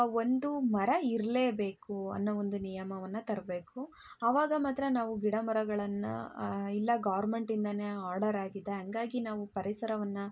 ಒಂದು ಮರ ಇರಲೇಬೇಕು ಅನ್ನೋ ಒಂದು ನಿಯಮವನ್ನು ತರಬೇಕು ಅವಾಗ ಮಾತ್ರ ನಾವು ಗಿಡಮರಗಳನ್ನು ಇಲ್ಲ ಗೌರ್ಮೆಂಟಿಂದಲೇ ಆರ್ಡರ್ ಆಗಿದೆ ಹಂಗಾಗಿ ನಾವು ಪರಿಸರವನ್ನು